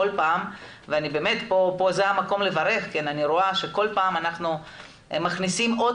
וזה המקום לברר שכל פעם אנחנו מכניסים עוד